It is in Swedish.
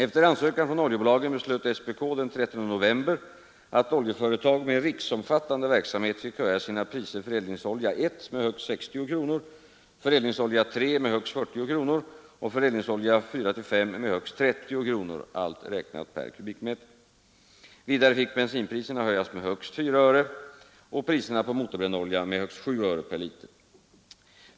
Efter ansökan från oljebolagen beslöt SPK den 13 november att oljeföretag med riksomfattande verksamhet fick höja sina priser för eldningsolja I med högst 60 kronor, för eldningsolja III med högst 40 kronor och för eldningsolja IV—V med högst 30 kronor, allt per kubikmeter. Vidare fick bensinpriserna höjas med högst 4 öre och priserna på motorbrännolja med 7 öre per liter.